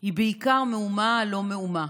היא בעיקר מהומה על לא מאומה.